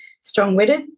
strong-witted